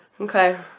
Okay